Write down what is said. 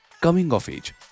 coming-of-age